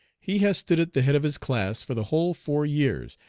he has stood at the head of his class for the whole four years,